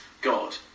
God